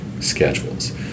schedules